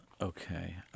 Okay